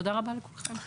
תודה רבה לכולכם.